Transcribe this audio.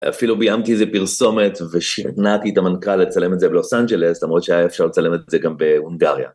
אפילו ביימתי איזו פרסומת ושכנעתי את המנכ"ל לצלם את זה בלוס אנג'לס, למרות שהיה אפשר לצלם את זה גם בהונגריה.